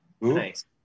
Nice